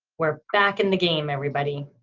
we're back in the game everybody.